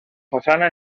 façana